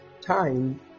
time